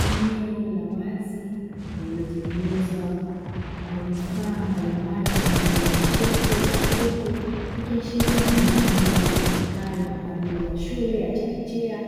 Eneo la wazi lililotengenezwa kwa vifaa mbalimbali kwa ajili ya michezo ya watoto, ikiashilia ni mandhari itumikayo kwa ajili ya shule ya chekechea